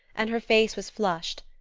and her face was flushed.